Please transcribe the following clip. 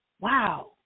wow